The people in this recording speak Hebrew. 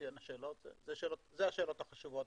אלה השאלות החשובות,